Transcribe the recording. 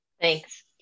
Thanks